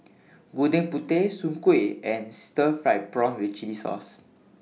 Gudeg Putih Soon Kueh and Stir Fried Prawn with Chili Sauce